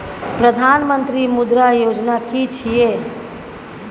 प्रधानमंत्री मुद्रा योजना कि छिए?